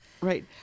Right